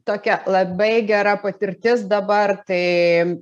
tokia labai gera patirtis dabar tai